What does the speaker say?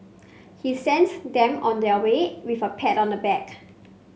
he sent them on their way with a pat on the back